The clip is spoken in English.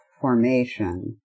formation